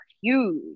huge